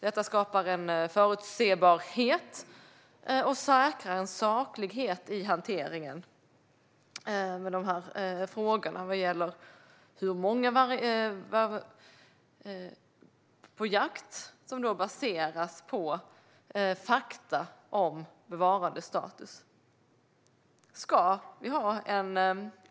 Detta skapar en förutsebarhet och säkrar en saklighet i hanteringen av frågan om antalet vargar för jakt, som baseras på fakta om bevarandestatus.